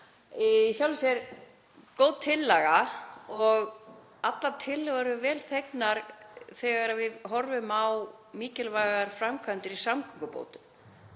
í sjálfu sér góð tillaga. Allar tillögur eru vel þegnar þegar við horfum á mikilvægar framkvæmdir til samgöngubóta.